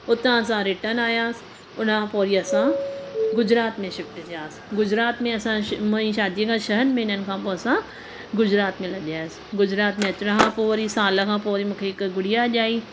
हुतां असां रिटन आहियासीं हुनखां पोइ वरी असां गुजरात में शिफ्ट थियासीं गुजरात में असां मुंहिंजी शादीअ खां छह महिननि खां पोइ असां गुजरात में लॾियसीं गुजरात में अचण खां पोइ वरी साल खां पोइ वरी मूंखे हिकु गुड़िया ॼाई